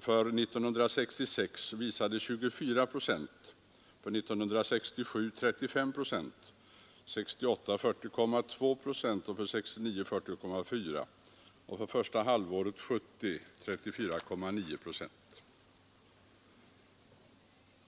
för 1966 var 24 procent, för 1967 35 procent, för 1968 40,2 procent, för 1969 40,4 procent och för första halvåret 1970 34,9 procent.